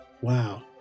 Wow